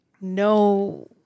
No